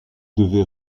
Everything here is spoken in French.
devait